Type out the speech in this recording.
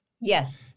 Yes